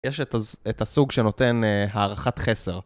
יש את הסוג שנותן הערכת חסר